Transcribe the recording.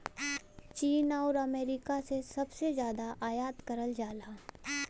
चीन आउर अमेरिका से सबसे जादा आयात करल जाला